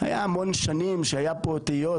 היה המון שנים שהיה פה תהיות.